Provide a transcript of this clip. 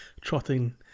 trotting